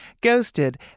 Ghosted